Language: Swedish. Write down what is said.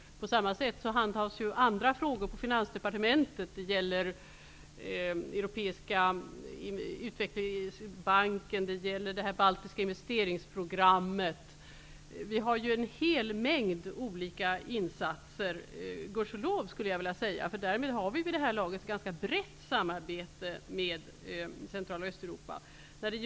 På samma sätt handhas andra frågor på Finansdepartementet, t.ex. när det gäller den europeiska utvecklingsbanken och det baltiska investeringsprogrammet. Det finns gudskelov en hel mängd olika insatser som vi kan göra. Därmed har vi vid det här laget ett ganska brett samarbete med Centraloch Östeuropa.